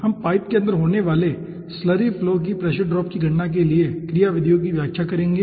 हम पाइप के अंदर होने वाले स्लरी फ्लो की प्रेशर ड्रॉप की गणना के लिए क्रियाविधियों की व्याख्या करेंगे